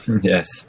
Yes